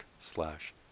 slash